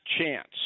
chance